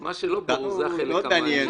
מה שלא ברור זה החלק המעניין.